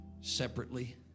Separately